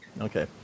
Okay